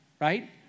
right